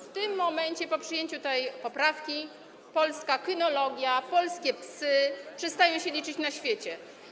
W tym momencie, po przyjęciu tej poprawki, polska kynologia i polskie psy przestają się liczyć na świecie.